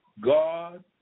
God